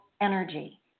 energy